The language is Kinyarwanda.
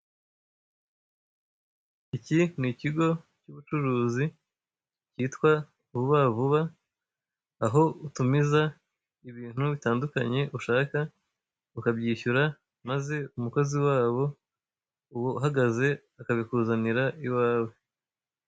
Iki ni ikigo cy'ubucuruzi cyitwa vuba vuba, aho utumiza ibintu bitandukanye ushaka, ukabyishyura maze umukozi wabo uwo uhagaze akabikuzanira iwawe.